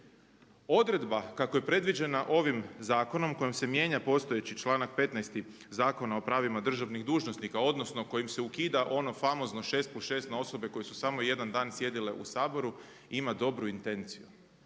Odredba kako je predviđena ovim zakonom kojim se mijenja postojeći članak 15. Zakona o pravima državnih dužnosnika odnosno kojim se ukida ono famozno šest plus šest na osobe koje su samo jedan dan sjedile u Saboru ima dobru intenciju